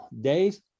days